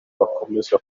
bakomeza